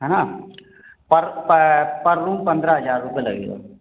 है ना पर प पर रूम पंद्रह हजार रुपए लगेगा